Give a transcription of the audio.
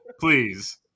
Please